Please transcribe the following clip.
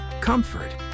comfort